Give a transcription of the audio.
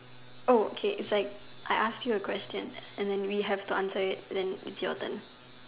Oh okay it's like I ask you a question and then we have to answer it and then it's your turn